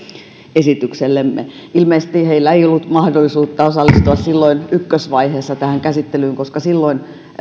esityksellemme ilmeisesti heillä ei ollut mahdollisuutta osallistua ykkösvaiheessa tähän käsittelyyn koska silloin